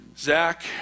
Zach